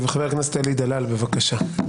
חבר הכנסת אלי דלל, בבקשה.